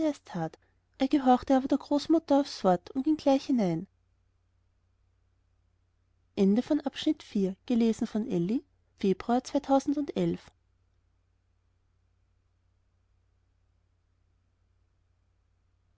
er gehorchte aber der großmutter aufs wort und ging gleich hinein